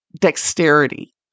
dexterity